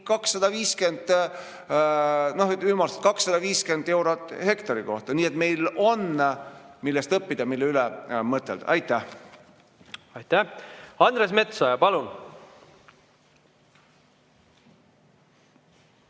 250 eurot hektari kohta. Nii et meil on, millest õppida ja mille üle mõtelda. Aitäh! Aitäh! Andres Metsoja, palun!